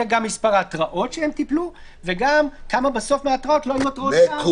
יהיה גם מספר התרעות שהם טיפלו וגם כמה בסוף מהתרעות --- מקובל.